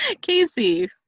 Casey